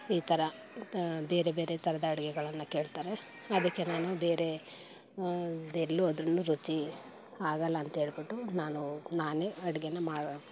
ಈ ಥರ ಬೇರೆ ಬೇರೆ ಥರದ ಅಡುಗೆಗಳನ್ನ ಕೇಳ್ತಾರೆ ಅದಕ್ಕೆ ನಾನು ಬೇರೆ ಎಲ್ಲೂ ರುಚಿ ಆಗೋಲ್ಲ ಅಂಥೇಳ್ಬಿಟ್ಟು ನಾನು ನಾನೇ ಅಡುಗೆನ ಮಾ